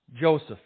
Joseph